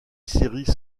série